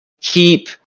keep